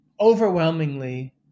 overwhelmingly